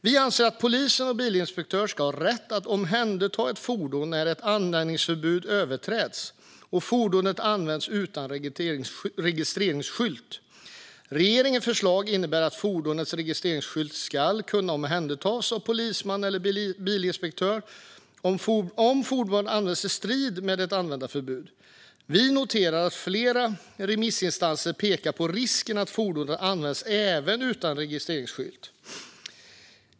Vi anser att en polis eller en bilinspektör ska ha rätt att omhänderta ett fordon när ett användningsförbud överträds och fordonet används utan registreringsskylt. Regeringens förslag innebär att fordonets registreringsskyltar ska kunna omhändertas av en polisman eller en bilinspektör om fordonet används i strid med ett användningsförbud. Vi noterar att flera remissinstanser pekar på risken att fordon används även utan registreringsskylt.